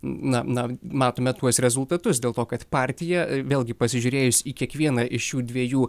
na na matome tuos rezultatus dėl to kad partija vėlgi pasižiūrėjus į kiekvieną iš šių dviejų